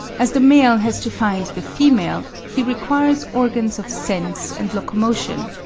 as the male has to find the female, he requires organs of sense and locomotion,